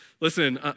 Listen